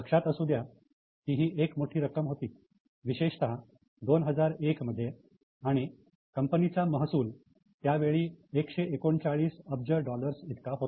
लक्षात असू द्या की ही एक मोठी रक्कम होती विशेषतः 2001 मध्ये आणि कंपनीचा महसूल त्यावेळी 139 अब्ज डॉलर्स इतका होता